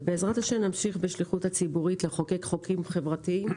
ובעזרת השם נמשיך בשליחות הציבורית לחוקק חוקים חברתיים,